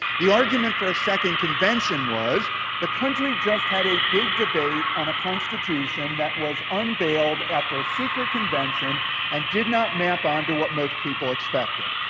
the argument for a second convention was the country just had a big debate on a constitution that was unveiled after a secret convention and did not map on to what most people expected.